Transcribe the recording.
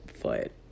foot